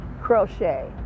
crochet